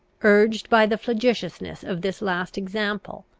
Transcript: urged by the flagitiousness of this last example,